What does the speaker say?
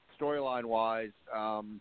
storyline-wise –